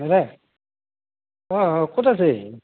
দাদা অঁ অঁ ক'ত আছে